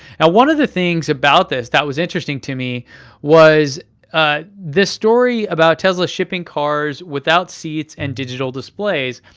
and one of the things about this that was interesting to me was ah the story about tesla shipping cars without seats and digital displays.